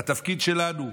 והתפקיד שלנו,